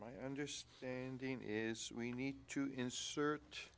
my understanding is we need to insert